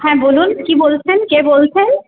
হ্যাঁ বলুন কী বলছেন কে বলছেন